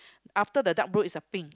after the dark blue is the pink